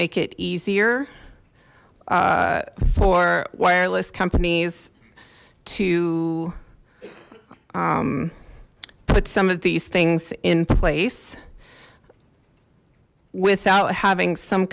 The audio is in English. make it easier for wireless companies to put some of these things in place without having some